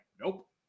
nope